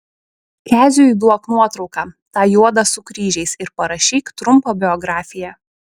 keziui duok nuotrauką tą juodą su kryžiais ir parašyk trumpą biografiją